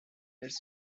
elles